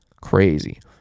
Crazy